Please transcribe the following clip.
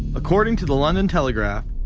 according to the london telegraph,